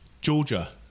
Georgia